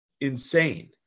insane